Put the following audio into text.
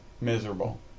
Miserable